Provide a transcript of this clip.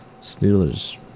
Steelers